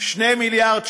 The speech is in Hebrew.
2 מיליארד שקלים.